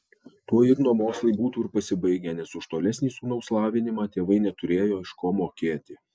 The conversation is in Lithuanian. tuo igno mokslai būtų ir pasibaigę nes už tolesnį sūnaus lavinimą tėvai neturėjo iš ko mokėti